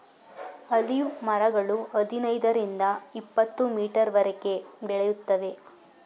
olive ಮರಗಳು ಹದಿನೈದರಿಂದ ಇಪತ್ತುಮೀಟರ್ವರೆಗೆ ಬೆಳೆಯುತ್ತವೆ